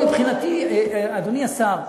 מבחינתי, אדוני השר,